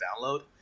download